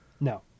No